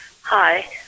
Hi